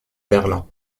berlin